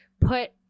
put